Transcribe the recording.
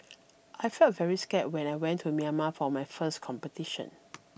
I felt very scared when I went to Myanmar for my first competition